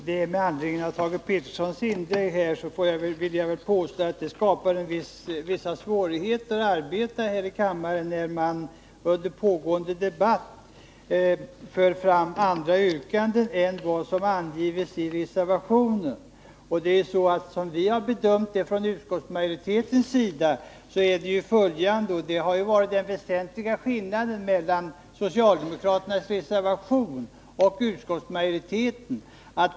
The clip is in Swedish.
Fru talman! Med anledning av Thage Petersons inlägg vill jag påstå att det skapar vissa svårigheter i arbetet här i kammaren när man under pågående debatt för fram andra yrkanden än vad som anges i reservationen. Den väsentliga skillnaden mellan socialdemokraternas reservation och utskottsmajoritetens uppfattning är följande.